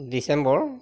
December